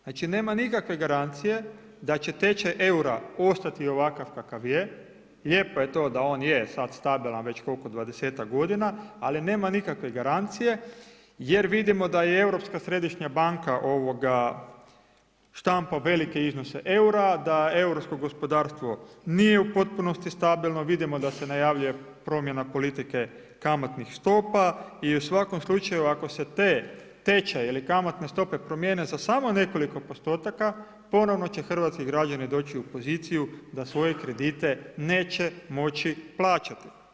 Znači nema nikakve garancije da će tečaj eura ostati ovakav kakav je, lijepo je to da on je sad stabilan već koliko, 20-ak godina, ali nema nikakve garancije jer vidimo da i Europska središnja banka štampa velike iznose eura, da europsko gospodarstvo nije u potpunosti stabilno, vidimo da se najavljuje promjena politike kamatnih stopa i u svakom slučaju, ako se te tečaj ili kamatne stope promijene za samo nekoliko postotaka, ponovno će hrvatski građani doći u poziciju da svoje kredite neće moći plaćati.